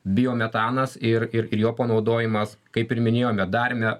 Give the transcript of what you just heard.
bio metanas ir ir ir jo panaudojimas kaip ir minėjome darėme